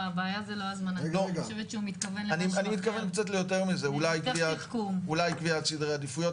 אני מתכוון יותר מזה, אולי קביעת סדרי עדיפויות.